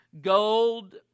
Gold